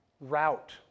route